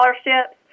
scholarships